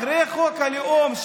אחרי חוק הלאום,